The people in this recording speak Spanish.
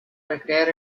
recrear